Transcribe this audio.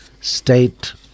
state